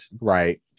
Right